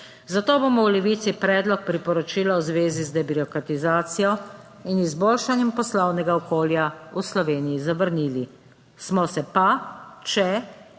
Zato bomo v Levici predlog priporočila v zvezi z debirokratizacijo in izboljšanjem poslovnega okolja v Sloveniji zavrnili. Smo se pa, če/ko